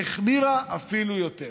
החמירה אפילו יותר.